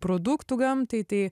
produktų gamtai tai